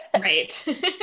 right